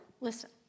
Listen